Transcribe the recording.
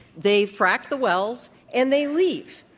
they frack the wells and they leave.